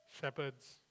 Shepherds